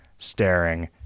staring